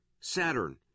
Saturn